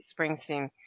Springsteen